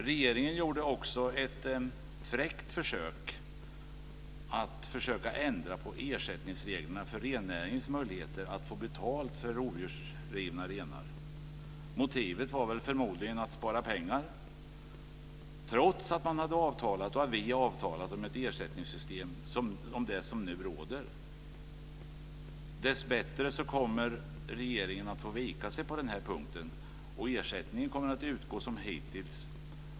Regeringen gjorde också ett fräckt försök att ändra på ersättningsreglerna när det gäller rennäringens möjligheter att få betalt för rovdjursrivna renar. Motivet var väl förmodligen att spara pengar, trots att man hade avtalat om det ersättningssystem som nu råder. Dessbättre kommer regeringen att få vika sig på den punkten, och ersättning kommer att utgå som hittills.